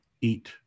eat